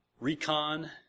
recon